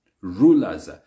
rulers